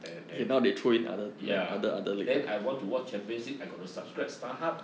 and and ya then I want to watch champions league I got to subscribe starhub